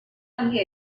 handia